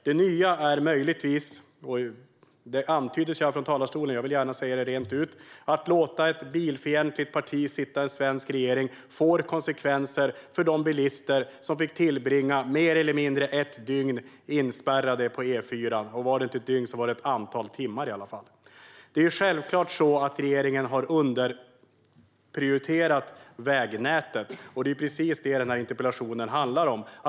Det nya är möjligtvis det som antyddes här från talarstolen, och jag vill gärna säga det rent ut: Om man låter ett bilfientligt parti sitta i en svensk regering får det konsekvenser för de bilister som fick tillbringa mer eller mindre ett dygn inspärrade på E4. Om det inte var ett dygn var det i alla fall ett antal timmar. Det är självklart att regeringen har låtit bli att prioritera vägnätet. Det är precis detta interpellationen handlar om.